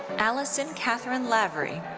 alison catherine lavery.